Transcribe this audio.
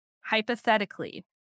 hypothetically